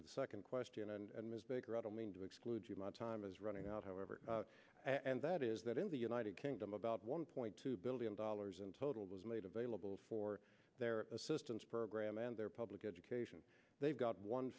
to the second question and ms baker i don't mean to exclude you my time is running out however and that is that in the united kingdom about one point two billion dollars in total was made available for their assistance program and their public education they've got one